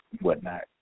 whatnot